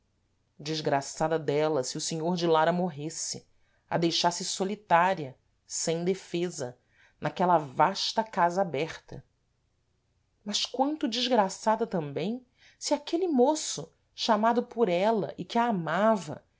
desgraçada dela se o senhor de lara morresse a deixasse solitária sem defesa naquela vasta casa aberta mas quanto desgraçada tambêm se aquele môço chamado por ela e que a amava